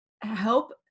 help